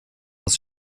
aus